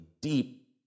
deep